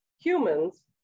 humans